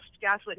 Gaslit